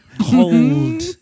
cold